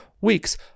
weeks